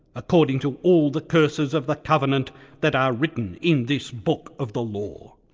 according to all the curses of the covenant that are written in this book of the law.